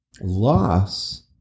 loss